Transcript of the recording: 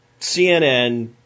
CNN